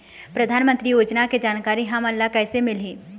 परधानमंतरी योजना के जानकारी हमन ल कइसे मिलही?